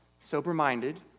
sober-minded